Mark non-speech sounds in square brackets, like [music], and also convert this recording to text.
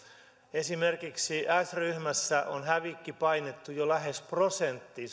esimerkiksi s ryhmässä on hävikki painettu jo lähes prosenttiin [unintelligible]